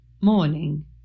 morning